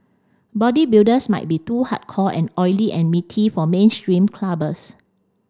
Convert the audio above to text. bodybuilders might be too hardcore and oily and meaty for mainstream clubbers